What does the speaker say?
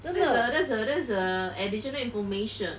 that's a that's a that's a additional information